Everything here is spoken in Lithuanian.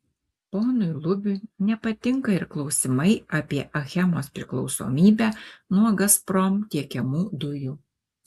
ponui lubiui nepatinka ir klausimai apie achemos priklausomybę nuo gazprom tiekiamų dujų